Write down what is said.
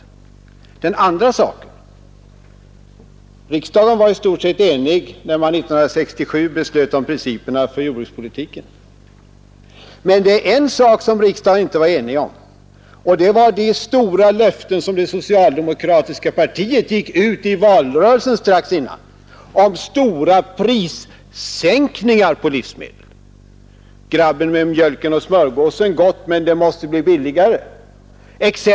För det andra var riksdagen i stort sett enig när 1967 års beslut om jordbrukspolitiken fattades. Men det var en sak som riksdagen inte var enig om, nämligen de löften om stora prissänkningar på livsmedel som det socialdemokratiska partiet gick ut med i valrörelsen strax innan det beslutet fattades. — Vi minns grabben som sade att mjök och smörgås är gott, men det måste bli billigare.